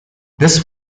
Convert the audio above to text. this